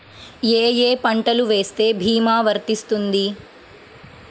ఏ ఏ పంటలు వేస్తే భీమా వర్తిస్తుంది?